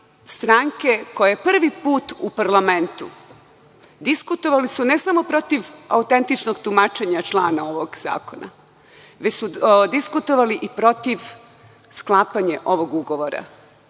stranke koja je prvi put u parlamentu diskutovali su ne samo protiv autentičnog tumačenja člana ovog zakona, već su diskutovali i protiv sklapanja ovog ugovora.